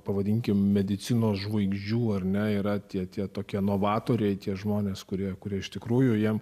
pavadinkime medicinos žvaigždžių ar ne yra tie tie tokie novatoriai tie žmonės kurie kurie iš tikrųjų jam